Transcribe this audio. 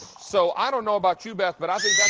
so i d't know about you, beth, but yeah